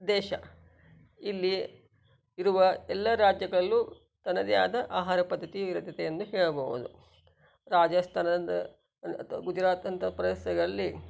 ದೇಶ ಇಲ್ಲಿ ಇರುವ ಎಲ್ಲ ರಾಜ್ಯಗಳಲ್ಲೂ ತನ್ನದೇ ಆದ ಆಹಾರ ಪದ್ಧತಿ ಇರುತ್ತದೆ ಎಂದು ಹೇಳಬಹುದು ರಾಜಾಸ್ತಾನದ ಅಥವಾ ಗುಜರಾತ್ ಅಂಥ ಪ್ರದೇಶಗಳಲ್ಲಿ